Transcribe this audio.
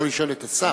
הוא יכול לשאול את השר.